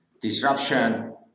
disruption